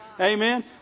Amen